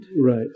Right